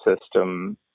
system